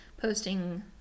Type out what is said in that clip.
posting